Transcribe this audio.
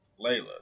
Layla